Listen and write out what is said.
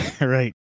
Right